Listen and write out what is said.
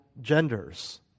genders